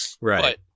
right